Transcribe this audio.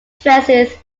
dresses